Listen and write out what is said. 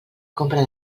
compra